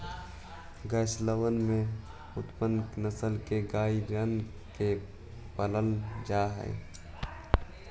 गौशलबन में उन्नत नस्ल के गइयन के पालल जा हई